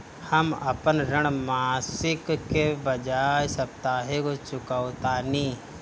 हम अपन ऋण मासिक के बजाय साप्ताहिक चुकावतानी